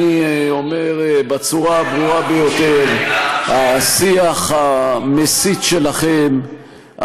אני אומר בצורה הברורה ביותר: השיח המסית שלכם,